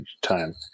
time